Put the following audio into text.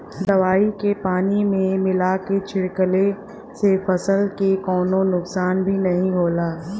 दवाई के पानी में मिला के छिड़कले से फसल के कवनो नुकसान भी नाहीं होला